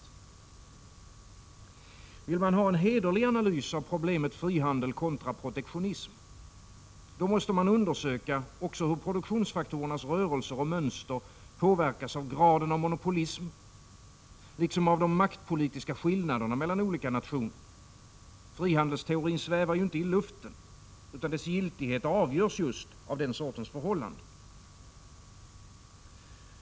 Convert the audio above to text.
Vill man ha en hederlig analys av problemet frihandel kontra protektio nism, måste man också undersöka hur produktionsfaktorernas rörelser och — Prot. 1986/87:47 mönster påverkas också av graden av monopolism, liksom av de maktpolitis 11 december 1986 ka skillnaderna mellan olika nationer. Frihandelsteorin svävar ju inte i luften, utan dess giltighet avgörs just av den sortens förhållanden.